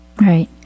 Right